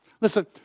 Listen